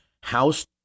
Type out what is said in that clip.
House